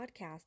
podcast